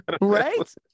Right